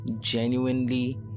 genuinely